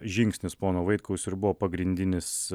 žingsnis pono vaitkaus ir buvo pagrindinis